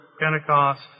Pentecost